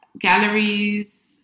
galleries